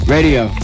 Radio